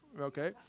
Okay